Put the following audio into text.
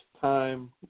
time